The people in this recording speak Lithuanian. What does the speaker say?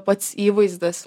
pats įvaizdis